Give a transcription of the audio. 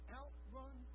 outrun